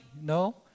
no